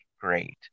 great